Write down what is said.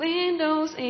Windows